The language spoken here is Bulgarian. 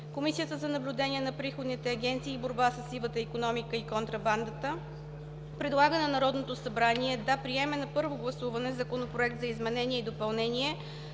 Комисията за наблюдение на приходните агенции и борба със сивата икономика и контрабандата предлага на Народното събрание да приеме на първо гласуване Законопроект за изменение н допълнение